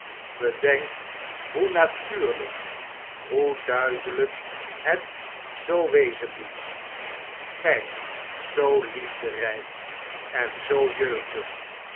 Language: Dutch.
bedenk hoe natuurlflk hoe duidelp het zoo wezen moet gij zoo liefderijk en zoo jeugdig